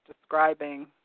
describing